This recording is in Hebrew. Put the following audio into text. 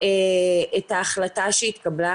את ההחלטה שהתקבלה.